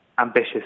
ambitious